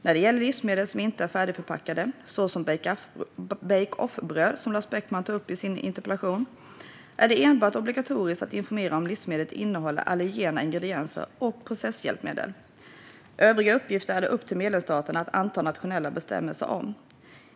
När det gäller livsmedel som inte är färdigförpackade, såsom bake-off-bröd som Lars Beckman tar upp i sin interpellation, är det enbart obligatoriskt att informera om livsmedlet innehåller allergena ingredienser och processhjälpmedel. Övriga uppgifter är det upp till medlemsstaterna att anta nationella bestämmelser om.